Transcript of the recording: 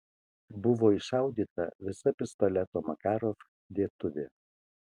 buvo iššaudyta visa pistoleto makarov dėtuvė